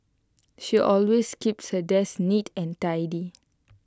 she always keeps her desk neat and tidy